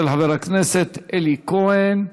של חבר הכנסת אלי כהן.